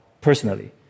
personally